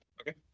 Okay